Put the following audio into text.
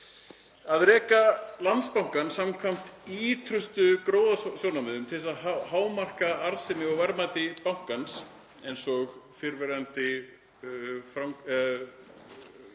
Að reka Landsbankann samkvæmt ýtrustu gróðasjónarmiðum til að hámarka arðsemi og verðmæti bankans, eins og fyrrverandi